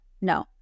No